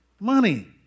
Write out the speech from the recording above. Money